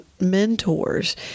mentors